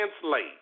translate